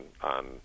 on